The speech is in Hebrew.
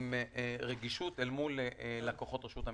עם רגישות מול לקוחות רשות המיסים.